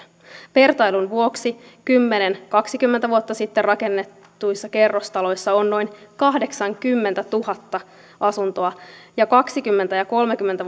vertailun vuoksi kymmenen viiva kaksikymmentä vuotta sitten rakennetuissa kerrostaloissa on noin kahdeksankymmentätuhatta asuntoa ja kaksikymmentä viiva kolmekymmentä